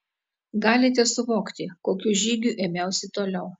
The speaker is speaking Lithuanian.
galite suvokti kokių žygių ėmiausi toliau